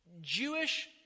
Jewish